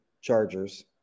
chargers